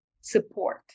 support